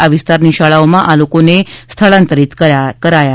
આ વિસ્તારની શાળાઓમાં આ લોકોને સ્થળાંતરિત કરાયા હતા